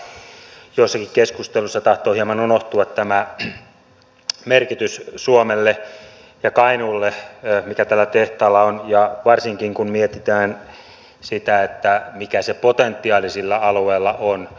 joissakin keskusteluissa tahtoo hieman unohtua tämän merkitys suomelle ja kainuulle mikä tällä tehtaalla on ja varsinkin kun mietitään sitä mikä se potentiaali sillä alueella on